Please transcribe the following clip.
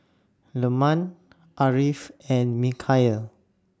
Leman Ariff and Mikhail